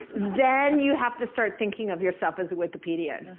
then you have to start thinking of yourself as a wikipedian.